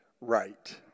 right